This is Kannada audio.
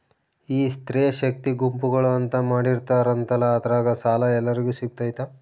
ಈ ಸ್ತ್ರೇ ಶಕ್ತಿ ಗುಂಪುಗಳು ಅಂತ ಮಾಡಿರ್ತಾರಂತಲ ಅದ್ರಾಗ ಸಾಲ ಎಲ್ಲರಿಗೂ ಸಿಗತೈತಾ?